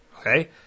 Okay